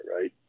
Right